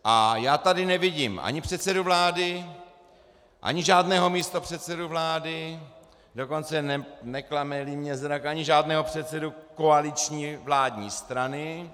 A já tady nevidím ani předsedu vlády, ani žádného místopředsedu vlády, dokonce, neklameli mě zrak, ani žádného předsedu koaliční vládní strany.